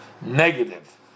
negative